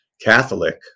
Catholic